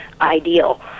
Ideal